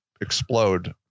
explode